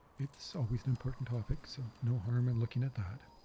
it's always an important topic so no harm in looking at that.